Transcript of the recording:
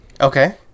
Okay